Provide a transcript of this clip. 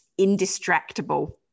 Indistractable